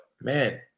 man